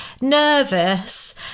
nervous